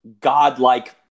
godlike